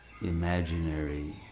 imaginary